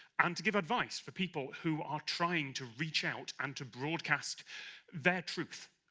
and to give advice for people who are trying to reach out and to broadcast their truth.